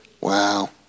Wow